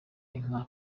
inka